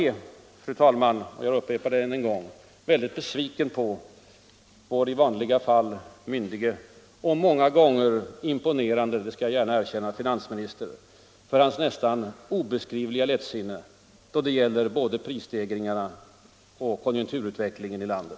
Jag är, fru talman — jag upprepar det än en gång — besviken på vår i vanliga fall myndige och många gånger imponerande — det skall jag gärna erkänna — finansminister för hans nästan obeskrivliga lättsinne då det gäller både prisstegringarna och konjunkturutvecklingen i landet.